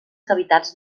cavitats